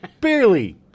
barely